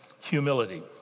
Humility